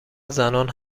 زنان